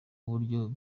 uburyo